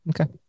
okay